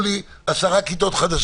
היא לא בשעה חמש.